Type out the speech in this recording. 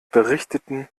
berichteten